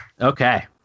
okay